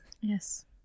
yes